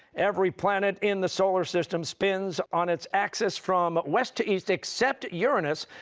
every planet in the solar system spins on its axis from west to east, except uranus,